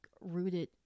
rooted